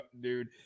dude